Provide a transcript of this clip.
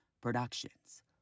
Productions